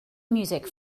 music